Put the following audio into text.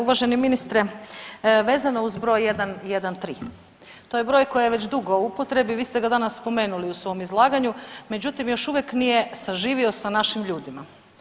Uvaženi ministre vezano uz broj 113, to je broj koji je već dugo u upotrebi, vi ste ga danas spomenuli u svom izlaganju međutim još uvijek nije saživio sa našim ljudima.